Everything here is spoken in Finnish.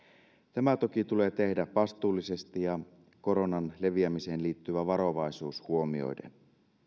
tämä toki tulee tehdä vastuullisesti ja koronan leviämiseen liittyvä varovaisuus huomioiden